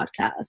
podcast